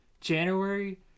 January